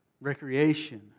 recreation